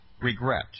regret